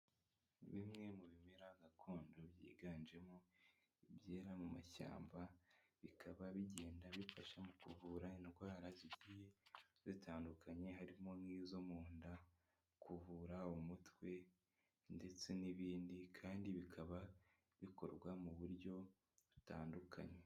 Bimwe mu bimera gakondo byiganjemo ibyera mu mashyamba, bikaba bigenda bifasha mu kuvura indwara zigiye zitandukanye harimo nk'izo mu nda, kuvura umutwe ndetse n'ibindi kandi bikaba bikorwa mu buryo butandukanye.